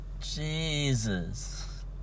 Jesus